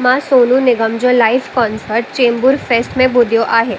मां सोनू निगम जो live concert Chembur fest में ॿुधियो आहे